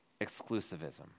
Exclusivism